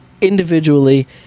individually